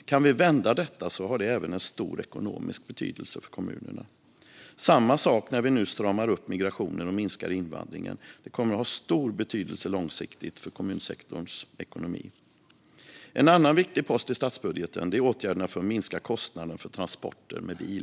vi kan vända detta har det även stor ekonomisk betydelse för kommunerna. Det är samma sak när vi nu stramar upp migrationen och minskar invandringen. Detta kommer ha stor betydelse långsiktigt för kommunsektorns ekonomi. En annan viktig post i statsbudgeten är åtgärderna för att minska kostnaderna för transporter med bil.